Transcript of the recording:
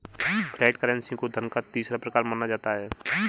flat currency को धन का तीसरा प्रकार माना जाता है